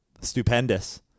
stupendous